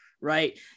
right